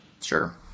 Sure